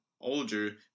older